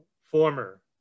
former